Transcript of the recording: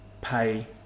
pay